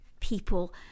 people